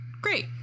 Great